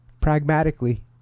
pragmatically